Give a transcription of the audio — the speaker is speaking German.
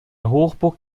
hochburg